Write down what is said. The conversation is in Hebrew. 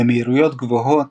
במהירויות גבוהות,